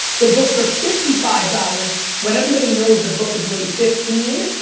the books are fifty five dollars when everybody knows the book is really fifteen,